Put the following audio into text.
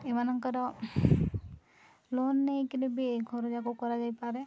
ଏମାନଙ୍କର ଲୋନ୍ ନେଇକିନା ବି ଏଇ ଘରୁ ଯାକୁ କରାଯାଇପାରେ